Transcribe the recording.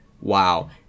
Wow